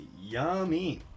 yummy